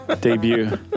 debut